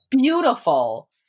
beautiful